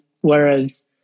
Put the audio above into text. whereas